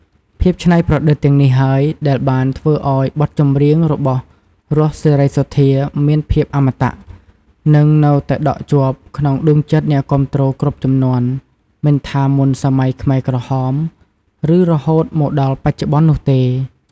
ភាពច្នៃប្រឌិតទាំងនេះហើយ ដែលបានធ្វើឲ្យបទចម្រៀងរបស់ រស់ សេរីសុទ្ធា មានភាព អមតៈ និងនៅតែដក់ជាប់ក្នុងដួងចិត្តអ្នកគាំទ្រគ្រប់ជំនាន់ មិនថាមុនសម័យខ្មែរក្រហម ឬរហូតមកដល់បច្ចុប្បន្ននោះទេ។